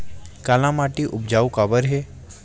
काला माटी उपजाऊ काबर हे?